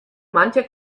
mancher